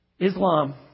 Islam